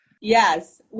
Yes